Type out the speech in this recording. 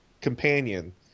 companion